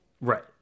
Right